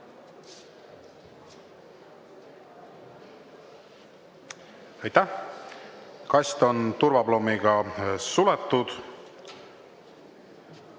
Aitäh! Kast on turvaplommiga suletud.